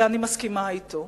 ואני מסכימה לו.